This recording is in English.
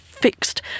fixed